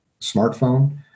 smartphone